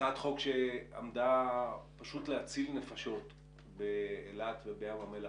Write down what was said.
הצעת חוק שעמדה פשוט להציל נפשות באילת ובים המלח,